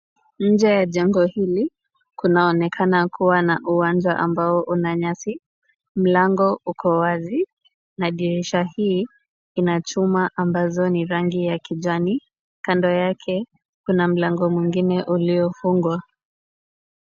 Nje ya jengo hili kunaonekana kuwa na uwanja ambao una nyasi. Mlango uko wazi na dirisha hii ina chuma ambazo ni rangi ya kijani. Kando yake kuna mlango mwingine uliofungwa.